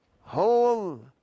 Whole